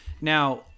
Now